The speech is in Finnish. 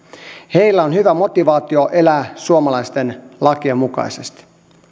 heillä on hyvä motivaatio elää suomalaisten lakien mukaisesti